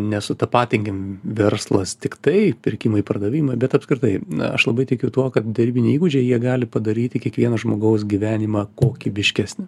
nesutapatinkim verslas tiktai pirkimai pardavimai bet apskritai na aš labai tikiu tuo kad derybiniai įgūdžiai jie gali padaryti kiekvieno žmogaus gyvenimą kokybiškesnį